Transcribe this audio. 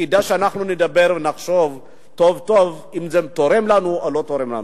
וכדאי שאנחנו נדבר ונחשוב טוב-טוב אם זה תורם לנו או לא תורם לנו.